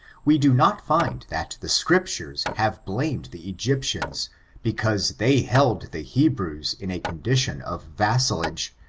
we do not find that the scriptures have blamed the egyptians because they held the hebrews in a condition of vassalage,